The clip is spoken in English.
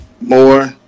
more